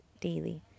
daily